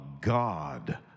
God